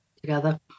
together